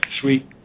sweet